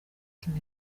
kina